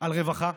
על רווחה,